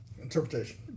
Interpretation